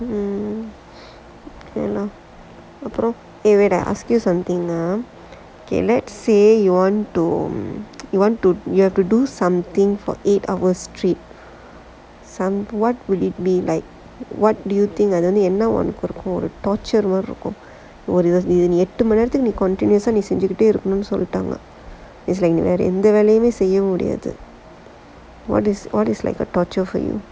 mmhmm okay lah wait ah I ask you something ah let's say you want to you are doing something for eight hours straight what will you do அது வந்து என்ன உனக்கு மாதிரி இருக்கும் நீ எட்டு மணி நேரத்துக்கு நீ செஞ்சுகிட்டே இருக்கனுன்னு சொல்லிடாங்க:athu vanthu enna unakku maathiri irukkum nee ettu mani nerathukk nee senjukittae irukkanunnu sollitaanga as like நீ வேற எந்த வேலையுமே செய்ய முடியாது:nee vera entha velaiyumae seyya mudiyaathu what is like a torture for you